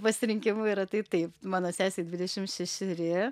pasirinkimu yra tai taip mano sesei dvidešim šešeri